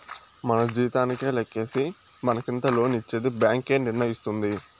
మన జీతానికే లెక్కేసి మనకెంత లోన్ ఇచ్చేది బ్యాంక్ ఏ నిర్ణయిస్తుంది